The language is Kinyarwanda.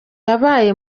yabaye